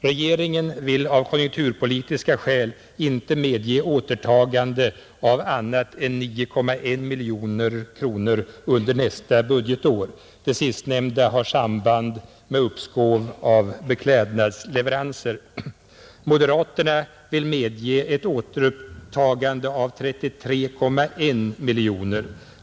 Regeringen vill av konjunkturpolitiska skäl inte medge återtagande av annat än 9,1 miljoner kronor under nästa budgetår. Det sistnämnda har samband med uppskov av beklädnadsleveranser. Moderaterna vill medge ett återtagande av 33,1 miljoner kronor.